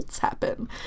happen